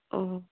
ᱚ